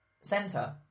center